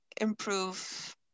improve